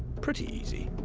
pretty easy.